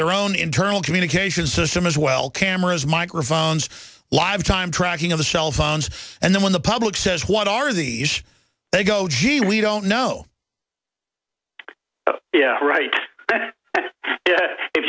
their own internal communication system as well cameras microphones live time tracking of the shell phones and then when the public says what are these they go gee we don't know right